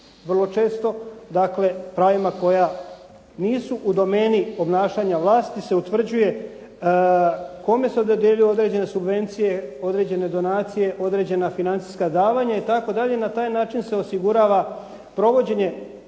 vrlo često, dakle pravima koja nisu u domeni obnašanja vlasti se utvrđuje kome se dodjeljuju određene subvencije, određene donacije, određena financijska davanja itd., na taj način se osigurava provođenje